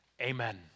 amen